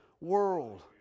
world